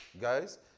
Guys